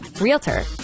realtor